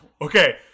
okay